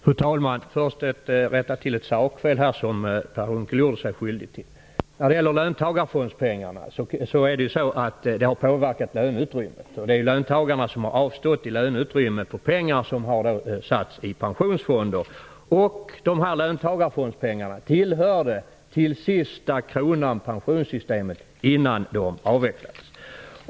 Fru talman! Först vill jag rätta till ett sakfel som Per Unckel gjorde sig skyldig till. Löntagarfondspengarna har påverkat löneutrymmet. Det är löntagarna som har avstått i löneutrymme så att pengar skulle kunna sättas i pensionsfonder. Löntagarfondspengarna tillhörde till sista kronan pensionssystemet innan fonderna avvecklades.